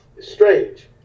strange